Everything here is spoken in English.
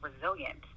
resilient